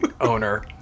owner